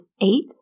eight